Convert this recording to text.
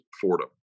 Fordham